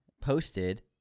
posted